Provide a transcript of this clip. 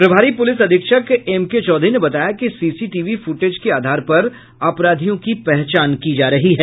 प्रभारी पुलिस अधीक्षक M K Chaudhary ने बताया कि सीसीटीवी फुटेज के आधार पर अपराधियों की पहचान की जा रही है